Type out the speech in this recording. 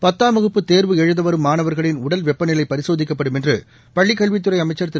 பத்தாம் வகுப்பு தேர்வு எழுத வரும் மாணவர்களின் உடல் வெப்ப நிலை பரிசோதிக்கப்படும் பள்ளிக்கல்வித்துறை என்று அமைச்சர் திரு